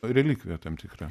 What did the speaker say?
relikvija tam tikra